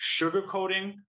sugarcoating